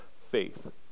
faith